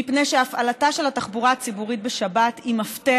מפני שהפעלתה של התחבורה הציבורית בשבת היא מפתח